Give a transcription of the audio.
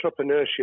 entrepreneurship